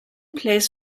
place